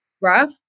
rough